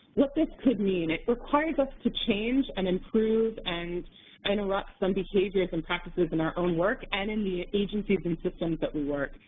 what this could mean. it requires us to change and improve and interrupt some behaviors and practices in our own work and in the agencies and systems that we work.